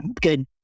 good